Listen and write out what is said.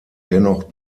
dennoch